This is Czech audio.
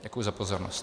Děkuji za pozornost.